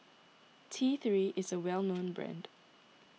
T three is a well known brand